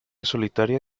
solitaria